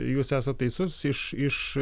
jūs esat teisus iš iš